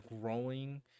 growing